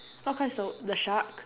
what colour is the the shark